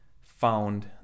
found